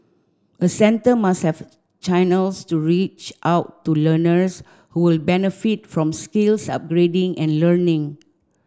a centre must have channels to reach out to learners who benefit from skills upgrading and learning